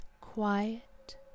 quiet